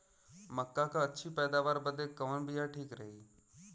मक्का क अच्छी पैदावार बदे कवन बिया ठीक रही?